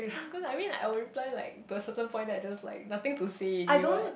cause I mean I will reply like to a certain point then I just like nothing to say already what